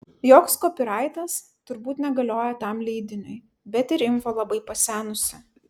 joks kopyraitas turbūt negalioja tam leidiniui bet ir info labai pasenusi